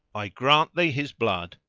i grant thee his blood,